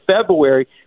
february